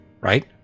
right